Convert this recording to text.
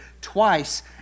twice